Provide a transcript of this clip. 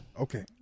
Okay